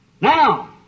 Now